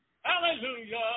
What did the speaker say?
hallelujah